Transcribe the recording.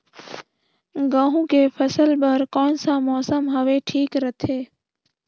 गहूं के फसल बर कौन सा मौसम हवे ठीक रथे?